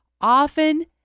often